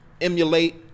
emulate